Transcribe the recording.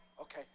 Okay